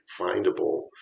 findable